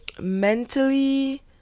mentally